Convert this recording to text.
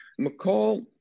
McCall